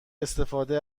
استفاده